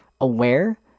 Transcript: aware